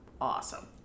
awesome